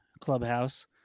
clubhouse